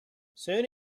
soon